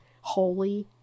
Holy